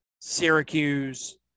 syracuse